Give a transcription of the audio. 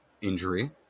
injury